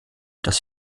das